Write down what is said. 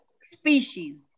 species